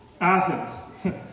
Athens